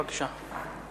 בבקשה.